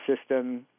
system